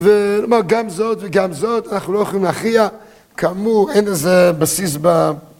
כלומר, גם זאת וגם זאת, אנחנו לא יכולים להכריע, כאמור, אין איזה בסיס ב...